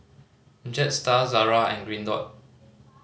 Jetstar Zara and Green Dot